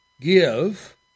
Give